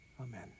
Amen